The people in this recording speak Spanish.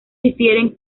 difieren